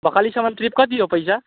भकालीसम्म trip कति हो पैसा